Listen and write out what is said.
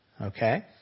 okay